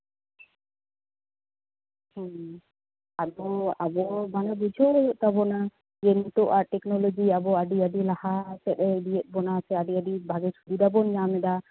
ᱦᱩᱸ ᱟᱫᱚ ᱟᱵᱚ ᱵᱩᱡᱷᱟᱹᱣ ᱦᱩᱭᱩᱜ ᱛᱟᱵᱚᱱᱟ ᱡᱮ ᱱᱤᱛᱳᱜ ᱟᱵᱚ ᱴᱮᱠᱱᱳᱞᱚᱡᱤ ᱟᱹᱰᱤᱼᱟᱰᱤ ᱞᱟᱦᱟ ᱥᱮᱫᱼᱮ ᱤᱫᱤᱭᱮᱫ ᱵᱚᱱᱟ ᱥᱮ ᱟᱹᱰᱤᱼᱟᱰᱤ ᱵᱷᱟᱜᱮ ᱥᱩᱵᱤᱫᱟ ᱵᱚᱱ ᱧᱟᱢᱮᱫᱟ